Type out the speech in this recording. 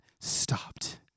stopped